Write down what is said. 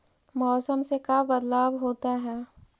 मौसम से का बदलाव होता है?